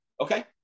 Okay